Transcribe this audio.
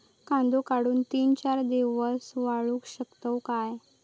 कांदो काढुन ती चार दिवस वाळऊ शकतव काय?